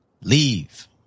leave